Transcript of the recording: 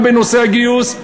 גם בנושא הגיוס,